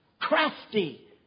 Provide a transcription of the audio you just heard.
Crafty